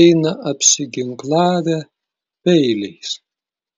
eina apsiginklavę peiliais